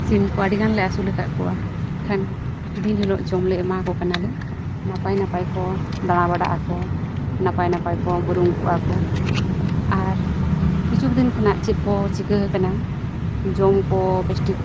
ᱥᱤᱢ ᱠᱚ ᱟᱹᱰᱤᱜᱟᱱᱞᱮ ᱟᱹᱥᱩᱞ ᱟᱠᱟᱫ ᱠᱚᱣᱟ ᱮᱱᱠᱷᱟᱱ ᱫᱤᱱ ᱦᱤᱞᱳᱜ ᱡᱚᱢ ᱞᱮ ᱮᱢᱟ ᱠᱚ ᱠᱟᱱᱟᱞᱮ ᱱᱟᱯᱟᱭ ᱱᱟᱯᱟᱭ ᱠᱚ ᱫᱟᱬᱟ ᱵᱟᱲᱟᱜ ᱟᱠᱚ ᱱᱟᱯᱟᱭ ᱱᱟᱯᱟᱭ ᱠᱚ ᱵᱩᱨᱩᱢ ᱠᱚᱜᱼᱟᱠᱚ ᱟᱨ ᱠᱤᱪᱷᱩ ᱫᱤᱱ ᱠᱷᱚᱱᱟᱜ ᱪᱮᱫ ᱠᱚ ᱪᱤᱠᱟᱹ ᱟᱠᱟᱱᱟ ᱡᱚᱢ ᱠᱚ ᱵᱮᱥ ᱴᱷᱤᱠ